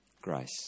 grace